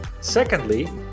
Secondly